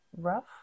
rough